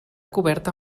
coberta